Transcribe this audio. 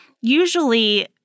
Usually